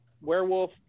Werewolf